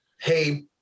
hey